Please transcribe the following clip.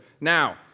Now